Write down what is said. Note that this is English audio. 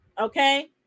okay